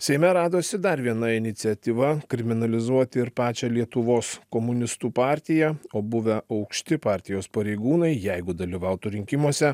seime radosi dar viena iniciatyva kriminalizuoti ir pačią lietuvos komunistų partiją o buvę aukšti partijos pareigūnai jeigu dalyvautų rinkimuose